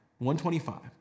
125